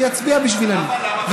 הוא יצביע בשבילנו.